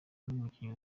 n’umukinnyi